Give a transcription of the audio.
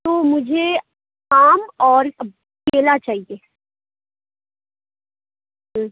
تو مجھے آم اور کیلا چاہیے